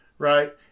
Right